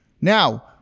Now